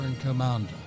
Commander